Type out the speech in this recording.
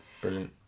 Brilliant